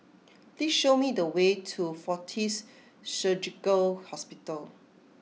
please show me the way to Fortis Surgical Hospital